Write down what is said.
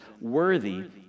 worthy